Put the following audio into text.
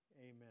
Amen